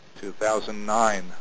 2009